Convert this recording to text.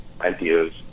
ideas